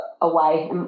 away